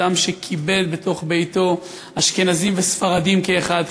אדם שקיבל בתוך ביתו אשכנזים וספרדים כאחד,